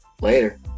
Later